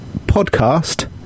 podcast